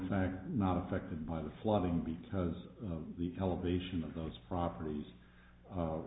fact not affected by the flooding because of the elevation of those properties